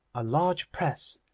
a large press,